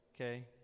Okay